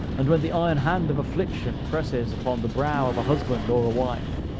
and when the iron hand of affliction presses upon the brow of a husband or a wife,